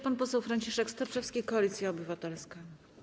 Pan poseł Franciszek Sterczewski, Koalicja Obywatelska.